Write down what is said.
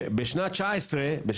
חבר הכנסת יוסף